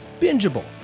bingeable